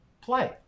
play